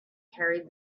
carried